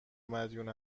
مدیون